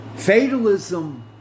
Fatalism